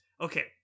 Okay